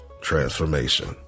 transformation